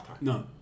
No